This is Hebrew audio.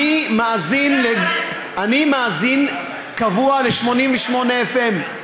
אני מאזין קבוע ל-88FM.